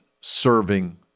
serving